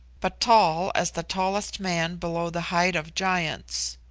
but tall as the tallest man below the height of giants.